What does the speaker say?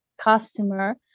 customer